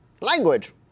Language